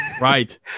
Right